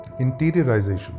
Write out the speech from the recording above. interiorization